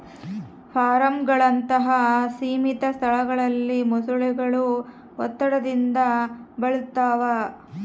ಫಾರ್ಮ್ಗಳಂತಹ ಸೀಮಿತ ಸ್ಥಳಗಳಲ್ಲಿ ಮೊಸಳೆಗಳು ಒತ್ತಡದಿಂದ ಬಳಲ್ತವ